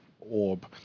orb